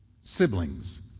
Siblings